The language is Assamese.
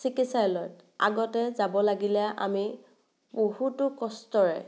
চিকিৎসালয়ত আগতে যাব লাগিলে আমি বহুতো কষ্টৰে